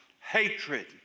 hatred